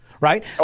right